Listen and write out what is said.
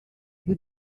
you